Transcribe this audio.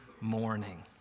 morning